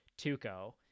tuco